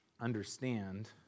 understand